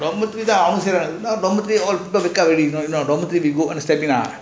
அவங்க சேரனாக:avanga seiranaga